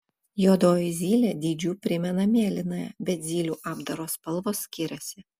juodoji zylė dydžiu primena mėlynąją bet zylių apdaro spalvos skiriasi